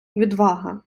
відвага